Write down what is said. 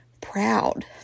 proud